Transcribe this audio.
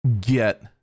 get